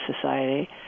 society